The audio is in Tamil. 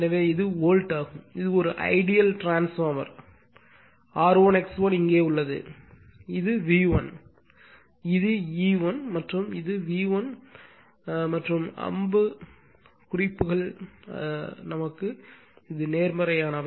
எனவே இது வோல்ட் ஆகும் இது ஒரு ஐடியல் டிரான்ஸ்பார்மர் R1 X1 இங்கே உள்ளது எனவே இது V1 இது E1 மற்றும் இது V1 மற்றும் அம்பு குறிப்புகள் என்றால் அதன் நேர்மறையானவை